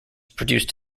produced